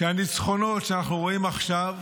שהניצחונות שאנחנו רואים עכשיו,